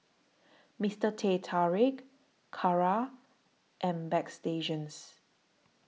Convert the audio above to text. Mister Teh Tarik Kara and Bagstationz